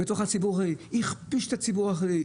הוא הכפיש את הציבור החרדי,